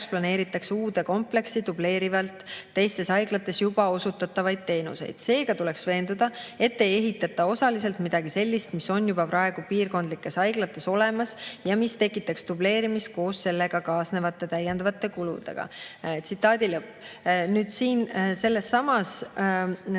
planeeritakse uude kompleksi dubleerivalt teistes haiglates juba osutatavaid teenuseid. Seega tuleks veenduda, et ei ehitata osaliselt midagi sellist, mis on juba praegu piirkondlikes haiglates [...] olemas ja mis tekitaks dubleerimist koos sellega kaasnevate täiendavate kuludega."Nüüd siin sellessamas